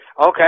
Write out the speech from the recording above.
Okay